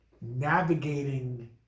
navigating